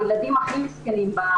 הילדים הכי מסכנים,